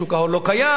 שוק ההון לא קיים,